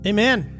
Amen